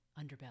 underbelly